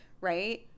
right